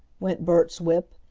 went bert's whip,